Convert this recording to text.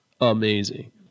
amazing